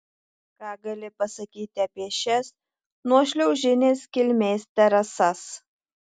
ką gali pasakyti apie šias nuošliaužinės kilmės terasas